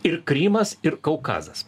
ir krymas ir kaukazas